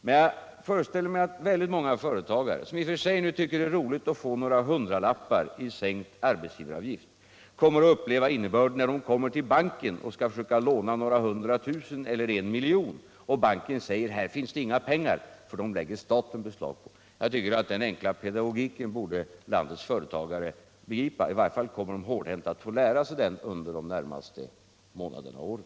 Men jag föreställer mig att väldigt många företagare, som i och för sig tycker att det är roligt att få några hundralappar i sänkt arbetsgivaravgift, kommer att uppleva innebörden när de kommer till banken för att försöka låna några hundra tusen eller en miljon och banken säger: Här finns det inga pengar, för dem lägger staten beslag på. Jag tycker att den enkla pedagogiken borde landets företagare begripa. I varje fall kommer de att få lära sig den hårdhänt under de närmaste månaderna och åren.